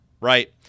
right